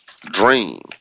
dream